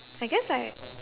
I guess like